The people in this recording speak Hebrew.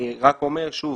אני אומר שוב